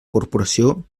corporació